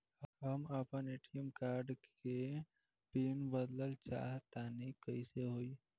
हम आपन ATM card के पीन बदलल चाहऽ तनि कइसे होई?